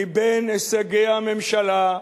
מבין הישגי הממשלה,